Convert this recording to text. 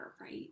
Right